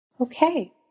Okay